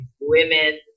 women